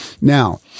Now